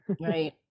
Right